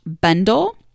bundle